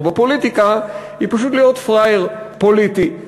בפוליטיקה היא פשוט להיות פראייר פוליטי,